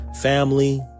family